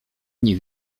nie